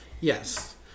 Yes